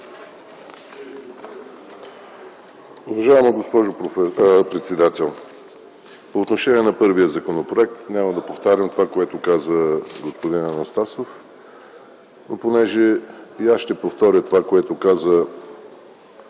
Уважаема госпожо председател! По отношение на първия законопроект няма да повтарям това, което каза господин Анастасов. Но ще повторя това, което каза